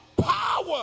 power